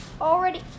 already